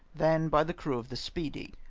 than by the crew of the speedy.